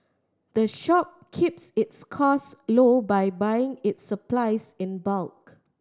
the shop keeps its costs low by buying its supplies in bulk